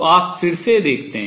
तो आप फिर से देखते हैं